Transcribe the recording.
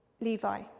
Levi